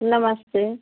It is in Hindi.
नमस्ते